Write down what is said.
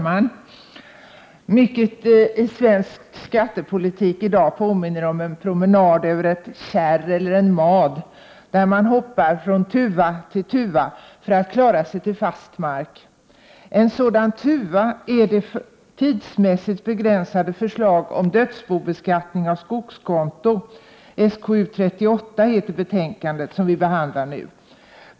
Fru talman! Mycket i svensk skattepolitik i dag påminner om en promenad över ett kärr eller en mad, där man hoppar från tuva till tuva för att klara sig till fast mark. En sådan tuva är det tidsmässigt begränsade förslaget om dödsbobeskattning av skogskonto som behandlas i skatteutskottets betänkande 38.